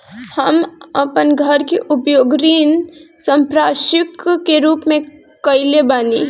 हम अपन घर के उपयोग ऋण संपार्श्विक के रूप में कईले बानी